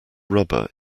rubber